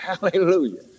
Hallelujah